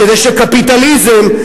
כדי שקפיטליזם,